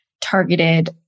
targeted